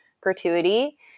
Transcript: gratuity